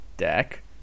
deck